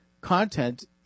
content